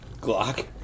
Glock